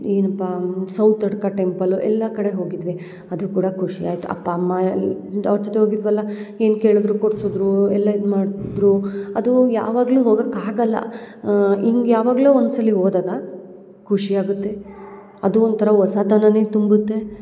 ಏನಪ್ಪ ಸೌತಡ್ಕ ಟೆಂಪಲು ಎಲ್ಲಾ ಕಡೆ ಹೋಗಿದ್ವಿ ಅದು ಕೂಡ ಖುಷಿ ಆಯಿತು ಅಪ್ಪ ಅಮ್ಮ ಎಲ್ಲಿ ಅವ್ರ ಜೊತೆ ಹೋಗಿದ್ವಲ್ಲ ಏನು ಕೇಳಿದ್ದರೂ ಕೊಡ್ಸಿದ್ದರು ಎಲ್ಲ ಇದು ಮಾಡ್ದ್ರು ಅದು ಯಾವಾಗಲು ಹೋಗಾಕೆ ಆಗಲ್ಲ ಹಿಂಗೆ ಯಾವಾಗ್ಲೋ ಒಂದ್ಸಲಿ ಹೋದಾಗ ಖುಷಿ ಆಗುತ್ತೆ ಅದು ಒಂಥರ ಹೊಸತನನೇ ತುಂಬುತ್ತೆ